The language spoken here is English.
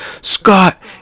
Scott